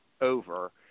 over